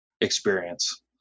experience